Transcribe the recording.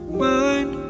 mind